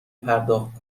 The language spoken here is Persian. پرداخت